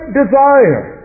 desire